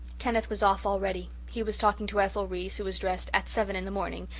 kenneth was off already he was talking to ethel reese, who was dressed, at seven in the morning,